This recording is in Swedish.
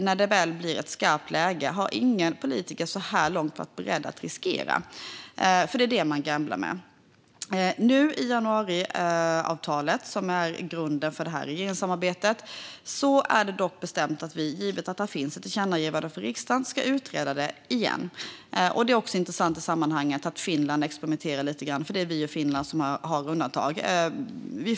När det väl har blivit ett skarpt läge har inga politiker varit beredda att riskera monopolet. Det är vad man gamblar med. I januariavtalet, som är grunden för det här regeringssamarbetet, är det dock bestämt, givet att det finns ett tillkännagivande för riksdagen, att gårdsförsäljning ska utredas igen. Det är också intressant i sammanhanget att Finland experimenterar lite grann eftersom det är Sverige och Finland som har undantag.